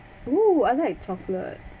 !woo! I like chocolate